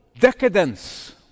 decadence